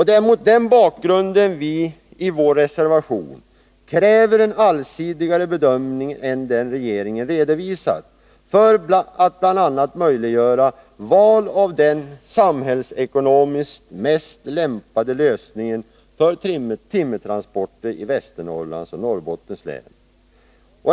Det är mot den bakgrunden vi i vår reservation kräver en allsidigare bedömning än den regeringen redovisat för att bl.a. möjliggöra val av den samhällsekonomiskt mest lämpade lösningen för timmertransporter i Västernorrlands och Norrbottens län.